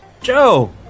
Joe